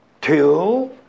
Two